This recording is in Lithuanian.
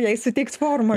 jai suteiks formą